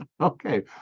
Okay